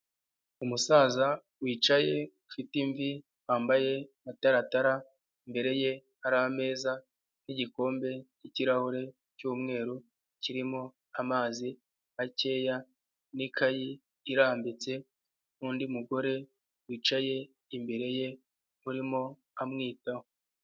Umusaza wicaye ufite imvi wambaye amataratara imbere ye hari ameza n'igikombe cy'ikirahure cy'umweru kirimo amazi makeya n'ikayi irambitse, n'undi mugore wicaye imbere ye urimo amwitaho.